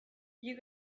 you